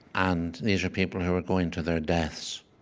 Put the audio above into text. and these are people who were going to their deaths,